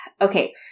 okay